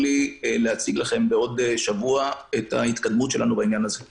זו איננה רק שאלה האם השב"כ